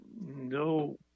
no